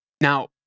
Now